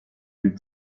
lui